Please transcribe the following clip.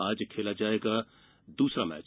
आज खेला जाएगा दूसरा मैच